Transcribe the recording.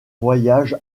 voyage